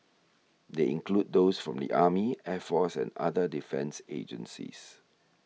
they include those from the army air force and other defence agencies